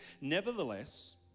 nevertheless